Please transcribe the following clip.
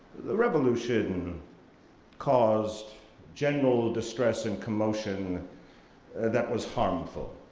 the revolution caused general distress and commotion that was harmful,